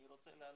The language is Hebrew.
אני רוצה לעלות,